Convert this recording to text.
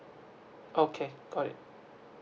okay got it